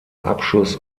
abschuss